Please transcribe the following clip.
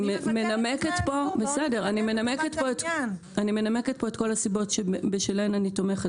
אני מנמקת פה את כל הסיבות שבשלהן אני תומכת